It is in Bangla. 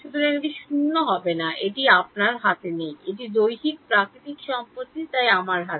সুতরাং এটি 0 হবে না এটি আপনার হাতে নেই এটির দৈহিক প্রকৃতির সম্পত্তি তাই আমার হাতে